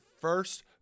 first